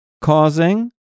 causing